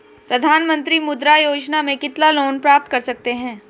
प्रधानमंत्री मुद्रा योजना में कितना लोंन प्राप्त कर सकते हैं?